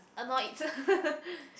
annoyed